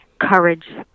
courage